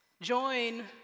Join